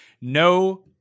No